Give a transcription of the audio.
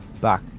back